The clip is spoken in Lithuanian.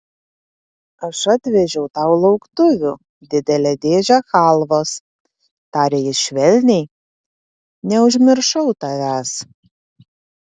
aš atvežiau tau lauktuvių didelę dėžę chalvos tarė jis švelniai neužmiršau tavęs